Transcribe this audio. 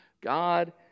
God